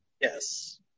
yes